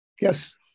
Yes